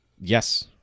Yes